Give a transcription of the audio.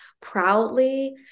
proudly